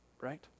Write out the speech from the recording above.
right